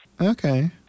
Okay